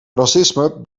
racisme